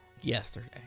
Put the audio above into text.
yesterday